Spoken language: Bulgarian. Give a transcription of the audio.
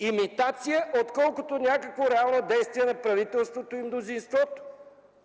имитация, отколкото някакво реално действие на правителството и мнозинството.